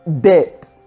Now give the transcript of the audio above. dead